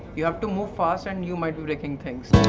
you have to move fast and you might be breaking things.